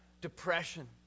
depression